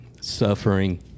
suffering